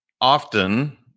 often